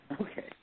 Okay